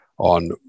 on